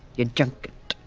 your junket.